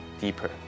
deeper